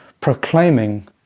proclaiming